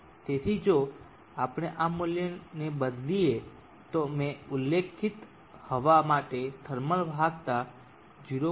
તેથી જો આપણે આ મૂલ્યોને બદલીએ તો મેં ઉલ્લેખિત હવા માટે થર્મલ વાહકતા 0